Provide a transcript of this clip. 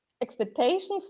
expectations